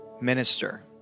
minister